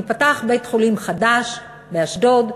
ייפתח בית-חולים חדש באשדוד,